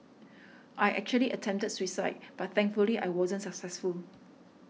I actually attempted suicide but thankfully I wasn't successful